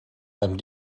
allem